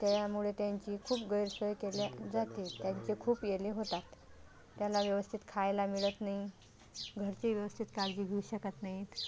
तर यामुळे त्यांची खूप गैरसोय केल्या जाते त्यांचे खूप येले होतात त्याला व्यवस्थित खायला मिळत नाही घरचे व्यवस्थित काळजी घेऊ शकत नाहीत